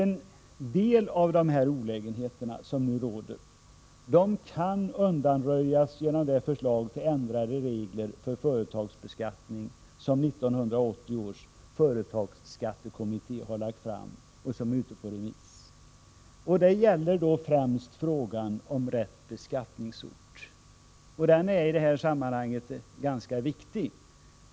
En del av de olägenheter som nu råder kan undanröjas genom de förslag till ändrade regler för företagsbeskattning som 1980 års företagsskattekommitté har lagt fram och som är ute på remiss. Det gäller främst frågan om rätt beskattningsort, som i detta sammanhang är ganska viktig.